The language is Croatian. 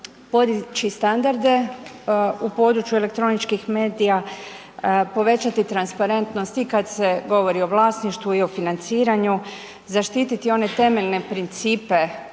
podići standarde u području elektroničkih medija, povećati transparentnost i kad se govori o vlasništvu i o financiranju, zaštiti one temeljne principe